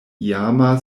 iama